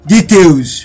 Details